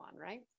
right